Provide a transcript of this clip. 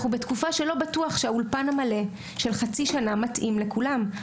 שלא בטוח שהאולפן המלא של חצי שנה מתאים לכולם.